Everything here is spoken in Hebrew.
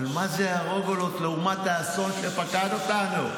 אבל מה זה הרוגלות לעומת האסון שפקד אותנו?